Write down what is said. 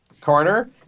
corner